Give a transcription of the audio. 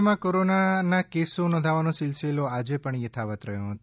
રાજયમાં કોરોનાના કેસો નોધાવવાનો સિલસિલો આજે પણ યથાવત રહ્યો છે